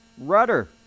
rudder